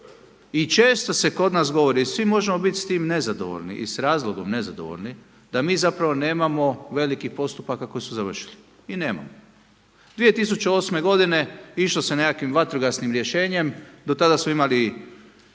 i često se kod nas govori i svi možemo biti s tim nezadovoljni i s razlogom nezadovoljni da mi zapravo nemamo velikih postupaka koji su završili. I nemamo. 2008. godine išlo se nekakvim vatrogasnim rješenjem, do tada smo imali